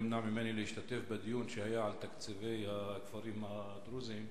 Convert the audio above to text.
נמנע ממני להשתתף בדיון שהיה על תקציבי הכפרים הדרוזיים,